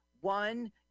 one